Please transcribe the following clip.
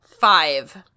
Five